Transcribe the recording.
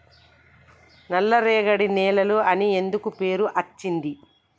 నల్లరేగడి నేలలు అని ఎందుకు పేరు అచ్చింది?